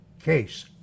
case